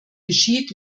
geschieht